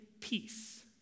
Peace